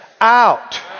out